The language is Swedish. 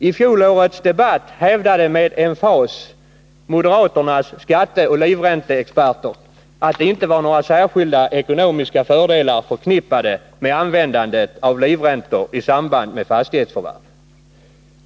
I fjolårets debatt hävdade med emfas moderaternas skatteoch livränteexperter att det inte var några särskilda ekonomiska fördelar förknippade med användandet av livräntor i samband med fastighetsförvärv.